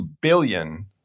billion